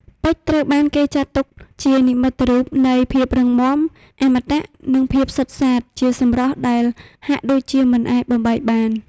ពេជ្រត្រូវបានគេចាត់ទុកជានិមិត្តរូបនៃ ភាពរឹងមាំ អមតៈ និងភាពសុទ្ធសាធ ជាសម្រស់ដែលហាក់ដូចជាមិនអាចបំបែកបាន។